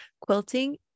quilting